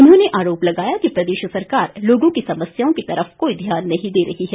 उन्होंने आरोप लगाया कि प्रदेश सरकार लोगों की समस्याओं की तरफ कोई ध्यान नहीं दे रही है